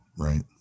Right